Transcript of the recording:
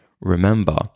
remember